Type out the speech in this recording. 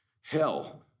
Hell